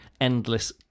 endless